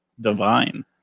divine